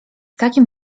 takim